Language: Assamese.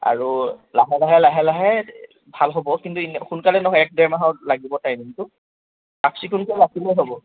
আৰু লাহে লাহে লাহে লাহে ভাল হ'ব কিন্তু সোনকালে নহয় এক ডেৰ মাহত লাগিব টাইমিংটো চাফ চিকুনকৈ ৰাখিলে হ'ব